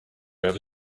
ever